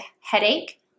headache